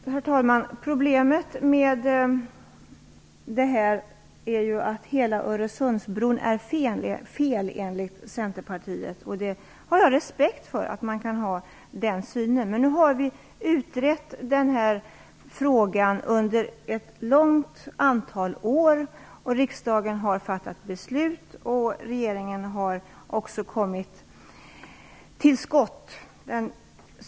Herr talman! Problemet enligt Centerpartiet är att hela Öresundsbroprojektet är felaktigt. Jag har respekt för den synen, men nu har denna fråga utretts under ett stort antal år. Riksdagen har fattat beslut, och regeringen har också kommit till skott.